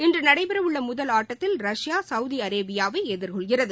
இன்று நடைபெற உள்ள முதல் ஆட்டத்தில் ரஷ்யா சௌதி அரேபியாவை எதிர்கொள்கிறது